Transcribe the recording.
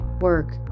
work